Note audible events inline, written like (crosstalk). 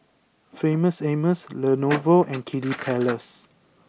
Famous Amos (noise) Lenovo and Kiddy Palace